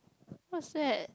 what's that